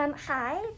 Hi